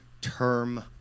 term